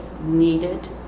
needed